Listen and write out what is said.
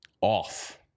off